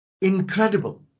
Incredible